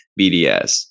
BDS